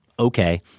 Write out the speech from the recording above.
Okay